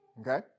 okay